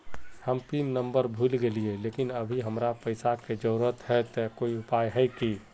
हम pin number भूल गेलिये लेकिन अभी हमरा पैसा के जरुरत है ते कोई उपाय है की?